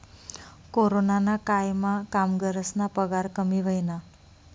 कोरोनाना कायमा कामगरस्ना पगार कमी व्हयना